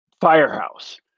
firehouse